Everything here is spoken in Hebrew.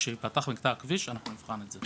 כשייפתח מקטע הכביש, אנחנו נבחן את זה.